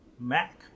Mac